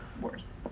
worse